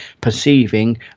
perceiving